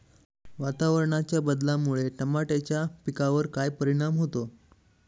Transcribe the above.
वातावरणाच्या बदलामुळे टमाट्याच्या पिकावर काय परिणाम होतो?